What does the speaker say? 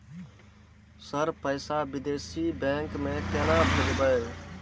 Sir पैसा विदेशी bank में केना भेजबे?